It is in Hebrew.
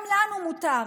גם לנו מותר,